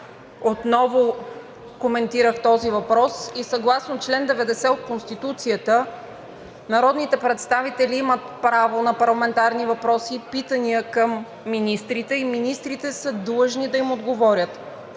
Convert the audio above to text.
отново коментирах този въпрос. Съгласно чл. 90 от Конституцията народните представители имат право на парламентарни въпроси и питания към министрите и министрите са длъжни да им отговорят.